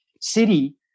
city